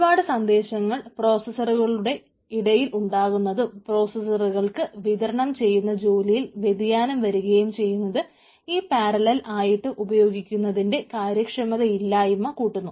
ഒരുപാട് സന്ദേശങ്ങൾ പ്രോസസറുകളുടെ ഇടയിൽ ഉണ്ടാകുന്നതും പ്രോസസറുകൾക്ക് വിതരണം ചെയ്യുന്ന ജോലിയിൽ വ്യതിയാനം വരികയും ചെയ്യുന്നത് ഈ പാരലൽ ആയിട്ട് ഉപയോഗിക്കുന്നതിന്റെ കാര്യക്ഷമതയില്ലായ്മ കൂട്ടുന്നു